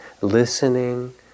listening